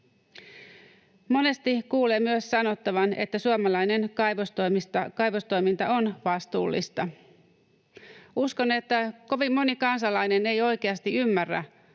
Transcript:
Monesti kuulee myös sanottavan, että suomalainen kaivostoiminta on vastuullista. Uskon, että kovin moni kansalainen ei oikeasti ymmärrä